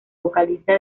vocalista